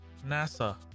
nasa